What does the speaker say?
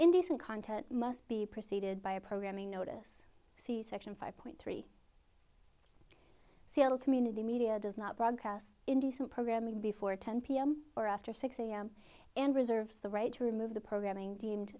indecent content must be preceded by a programming notice c section five point three seattle community media does not broadcast indecent programming before ten pm or after six am and reserves the right to remove the programming